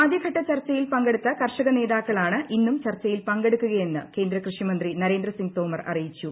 ആദ്യഘട്ട ചർച്ചയിൽ പങ്കെടുത്ത കർഷക നേതാക്കളാണ് ഇന്നും ചർച്ചയിൽ പങ്കെടുക്കുകയെന്ന് കേന്ദ്ര കൃഷിമന്ത്രി നരേന്ദ്രസിങ് തോമർ അറിയിച്ചു